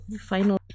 final